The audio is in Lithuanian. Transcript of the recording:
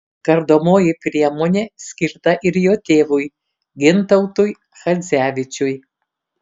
kardomoji priemonė skirta ir jo tėvui gintautui chadzevičiui